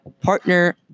partner